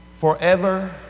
forever